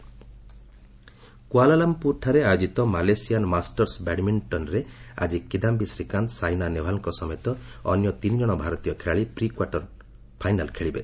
ବ୍ୟାଡ୍ମିଣ୍ଟ କୁଆଲାଲମ୍ପୁରଠାରେ ଆୟୋଜିତ Malaysian Masters ବ୍ୟାଡ୍ମିକ୍ଷନ୍ରେ ଆଜି କିଦାୟୀ ଶ୍ରୀକାନ୍ତ ସାଇନା ନେହେଓ୍ୱାଲଙ୍କ ସମେତ ଅନ୍ୟ ତିନି ଜଣ ଭାରତୀୟ ଖେଳାଳି ପ୍ରିକ୍ୱାର୍ଟର ଫାଇନାଲ୍ ଖେଳିବେ